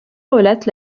relate